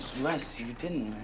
les, you didn't,